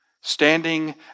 standing